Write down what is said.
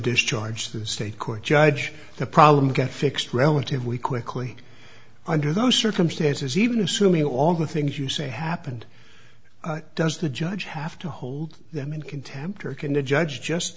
discharge the state court judge the problem got fixed relatively quickly under those circumstances even assuming all the things you say happened does the judge have to hold them in contempt or can the judge just